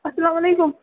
اسلام علیکُم